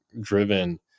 driven